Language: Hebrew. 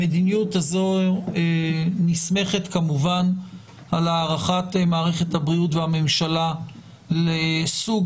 המדיניות הזו נסמכת כמובן על הערכת מערכת בריאות והממשלה לסוג